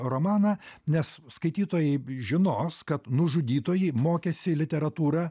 romaną nes skaitytojai žinos kad nužudytoji mokėsi literatūrą